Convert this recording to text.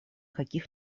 каких